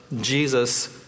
Jesus